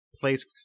placed